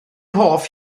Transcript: hoff